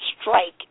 Strike